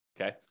okay